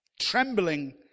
Trembling